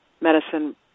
medicine